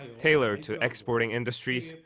tailored to exporting industries.